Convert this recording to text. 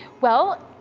well,